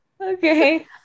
Okay